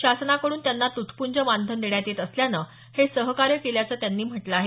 शासनाकडून त्यांना तुटपुंजं मानधन देण्यात येत असल्यानं हे सहकार्य केल्याचं त्यांनी म्हटलं आहे